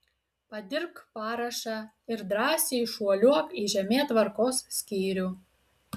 padirbk parašą ir drąsiai šuoliuok į žemėtvarkos skyrių